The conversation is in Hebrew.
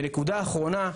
נקודה אחרונה,